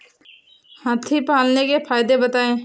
हाथी पालने के फायदे बताए?